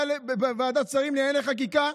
בוועדת השרים לענייני חקיקה